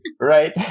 right